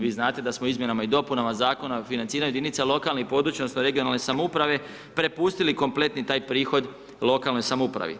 Vi znate da smo izmjenama i dopunama Zakona o financiranju jedinica lokalne i područne odnosno regionalne samoupravne prepustili kompletni taj prihod lokalnoj samoupravi.